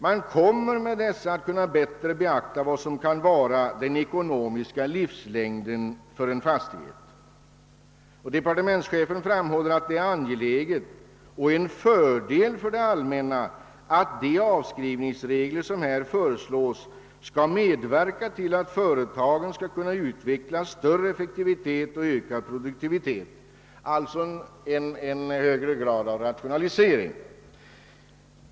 Med de nya reglerna kommer man bättre att kunna beakta en fastighets ekonomiska livslängd: Och departementschefen framhåller att det är angeläget och en fördel för det allmänna att de avskrivningsregler som föreslås skall medverka till att företagen kan utveckla större effektivitet och ökad produktivitet — alltså en högre grad av rationalisering.